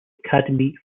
academy